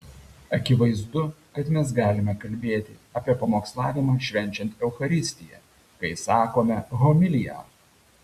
akivaizdu kad mes galime kalbėti apie pamokslavimą švenčiant eucharistiją kai sakome homiliją